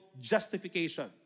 justification